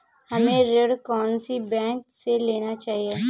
हमें ऋण कौन सी बैंक से लेना चाहिए?